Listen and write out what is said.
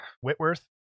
Whitworth